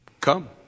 come